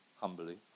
humbly